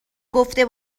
گفته